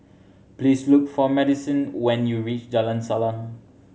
please look for Madisyn when you reach Jalan Salang